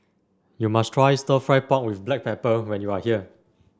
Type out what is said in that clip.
you must try stir fry pork with Black Pepper when you are here